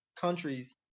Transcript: countries